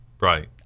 right